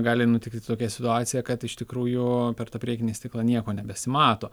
gali nutikti tokia situacija kad iš tikrųjų per tą priekinį stiklą nieko nebesimato